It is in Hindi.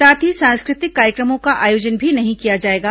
साथ ही सांस्कृतिक कार्यक्रमों का आयोजन भी नहीं किया जाएगा